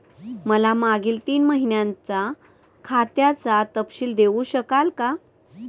मला मागील तीन महिन्यांचा खात्याचा तपशील देऊ शकाल का?